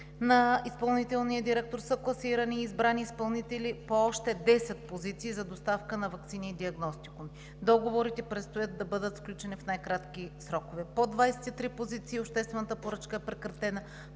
на изпълнителния директор са класирани и избрани изпълнители по още 10 позиции за доставка на ваксини и диагностикуми. Договорите предстоят да бъдат сключени в най-кратки срокове. По 23 позиции обществената поръчка е прекратена